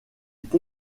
est